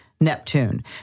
Neptune